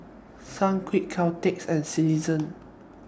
Sunquick Caltex and Citizen